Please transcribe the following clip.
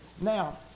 now